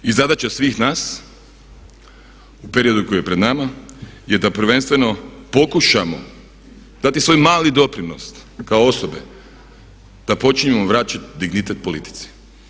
I zadaća svih nas u periodu koji je pred nama je da prvenstveno pokušamo dati svoj mali doprinos kao osobe da počnemo vraćati dignitet politici.